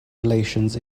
relations